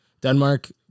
Denmark